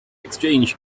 exchange